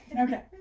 Okay